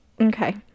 Okay